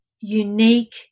unique